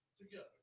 together